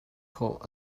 khawh